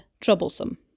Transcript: troublesome